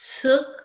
took